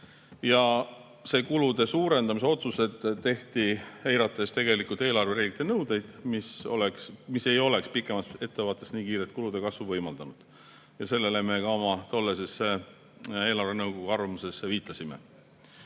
Need kulude suurendamise otsused tehti, eirates tegelikult eelarvereeglite nõudeid, mis ei oleks pikemas vaates nii kiiret kulude kasvu võimaldanud. Sellele me ka oma tollases eelarvenõukogu arvamuses viitasime.